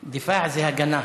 "דיפע" זה הגנה.